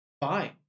fine